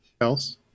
else